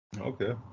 Okay